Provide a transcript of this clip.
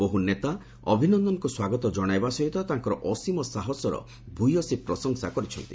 ବହୁ ନେତା ଅଭିନନ୍ଦନଙ୍କୁ ସ୍ୱାଗତ କଶାଇବା ସହିତ ତାଙ୍କର ଅସୀମ ସାହସର ଭୂୟସୀ ପ୍ରଶଂସା କରିଛନ୍ତି